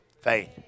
faith